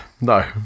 No